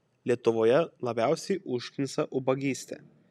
lietuvoje labiausiai užknisa ubagystė